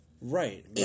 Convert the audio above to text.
Right